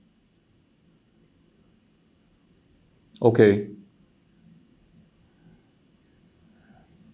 okay